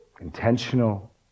intentional